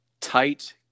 tight